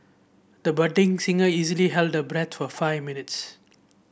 the budding singer easily held her breath for five minutes